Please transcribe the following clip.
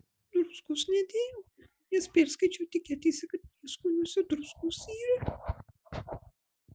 druskos nedėjau nes perskaičiau etiketėse kad prieskoniuose druskos yra